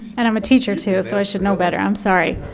and i'm a teacher, too, so i should know better. i'm sorry.